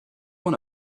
want